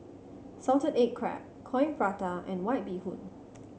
salted egg crab Coin Prata and White Bee Hoon